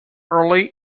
early